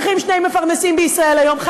לא כי צריכים שני מפרנסים בישראל היום,